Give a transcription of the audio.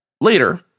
Later